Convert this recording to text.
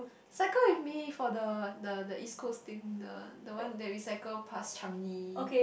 cycle with me for the the the East-Coast thing the the one that we cycle past Changi